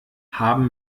haben